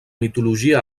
mitologia